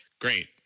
Great